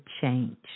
change